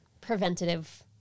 preventative